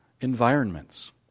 environments